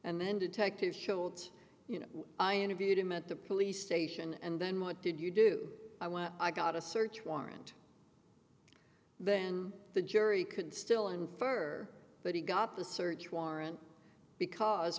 and then detectives show that you know i interviewed him at the police station and then what did you do i want to i got a search warrant then the jury could still unfair but he got the search warrant because